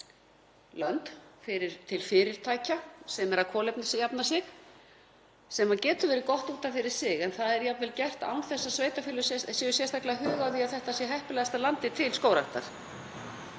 lönd til fyrirtækja sem eru að kolefnisjafna sig. Það getur verið gott út af fyrir sig en það er jafnvel gert án þess að sveitarfélög séu sérstaklega að huga að því að þetta sé heppilegasta landið til skógræktar.